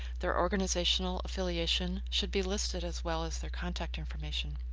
their organizational affiliation should be listed as well as their contact information.